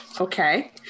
Okay